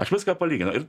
aš viską palyginu ir